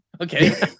Okay